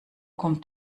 kommt